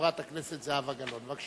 חברת הכנסת זהבה גלאון, בבקשה.